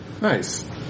nice